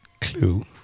Clue